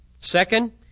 Second